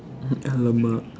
alamak